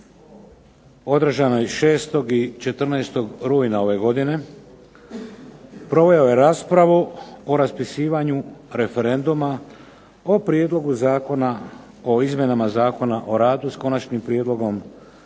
održanoj 6. i 14. rujna ove godine proveo je raspravu o raspisivanju referenduma o Prijedlogu zakona o izmjenama Zakona o radu s konačnim prijedlogom